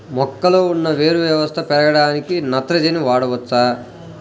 మొక్కలో ఉన్న వేరు వ్యవస్థ పెరగడానికి నత్రజని వాడవచ్చా?